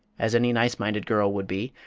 as any nice-minded girl would be,